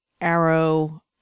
Arrow